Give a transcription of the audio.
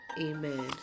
Amen